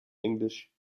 englisch